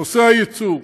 נושא היצוא,